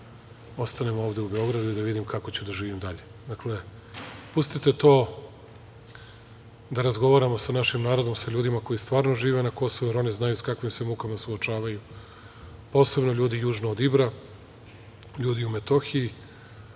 da ostanem ovde u Beogradu i da vidim kako ću da živim dalje. Dakle, pustite to, da razgovaramo sa našim narodom, sa ljudima koji stvarno žive na Kosovu, jer oni znaju sa kakvim se mukama suočavaju, posebno ljudi južno od Ibra, ljudi u Metohiji,